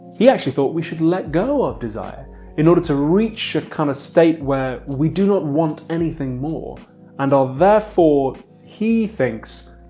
he actually thought we should let go of desire in order to reach a kind of state where we do not want anything more and are therefore, he thinks,